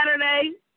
saturday